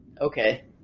Okay